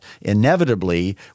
inevitably